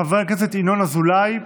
חבר הכנסת ינון אזולאי,